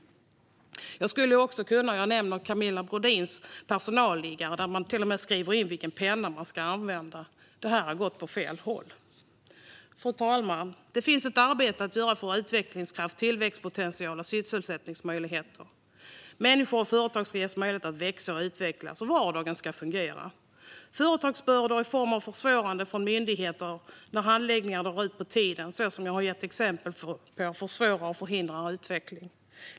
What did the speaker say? Jag kan nämna Camilla Brodins exempel om personalliggare, där det till och med skrivs in vilken penna som ska användas. Det här har gått åt fel håll. Fru talman! Det finns ett arbete att göra för att främja utvecklingskraft, tillväxtpotential och sysselsättningsmöjligheter. Människor och företag ska ges möjlighet att växa och utvecklas, och vardagen ska fungera. Företagsbördor i form av omständigheter hos myndigheter som gör att handläggningen drar ut på tiden, såsom jag har gett exempel på, försvårar och förhindrar utveckling.